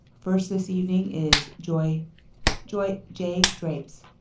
first this evening is jay jay jay drapes.